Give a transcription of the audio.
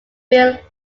bill